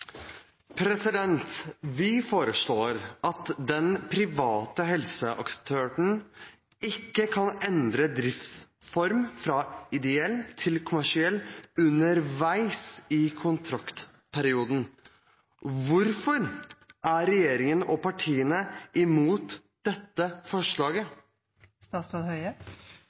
arbeidet. Vi foreslår at den private helseaktøren ikke kan endre driftsform fra ideell til kommersiell underveis i kontraktsperioden. Hvorfor er regjeringen og regjeringspartiene imot dette